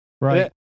Right